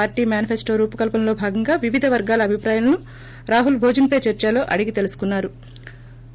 party మ్యానిఫెన్లో రూపకల్పనలో భాగంగా వివిధ వర్గాల అభిప్రాయాలను రాహుల్ భోజన్ పే చర్సలో అడిగి తెలుసుకున్నా రు